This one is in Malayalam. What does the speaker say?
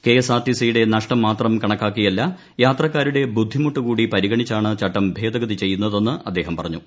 K S R T C യുടെ നഷ്ടം മാത്രം കണ്ണക്ട്ടാക്കിയല്ല യാത്രക്കാരുടെ ബുദ്ധിമുട്ട് കൂടി പരിഗണിച്ചാണ് മുട്ടും ഭേദഗതിചെയ്യുന്നതെന്ന് അദ്ദേഹം പറഞ്ഞു